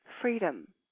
freedom